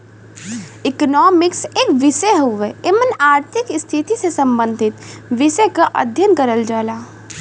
economics एक विषय हउवे एमन आर्थिक स्थिति से सम्बंधित विषय क अध्ययन करल जाला